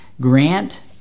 Grant